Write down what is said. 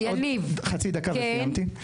חצי דקה וסיימתי.